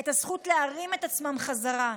את הזכות להרים את עצמם חזרה.